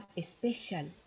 special